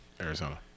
Arizona